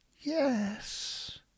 yes